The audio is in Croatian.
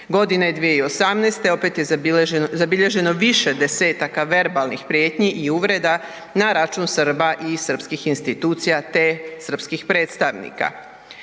Godine 2018. opet je zabilježeno više desetaka verbalnih prijetnji i uvreda na račun Srba i srpskih institucija te srpskih predstavnika.